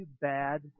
bad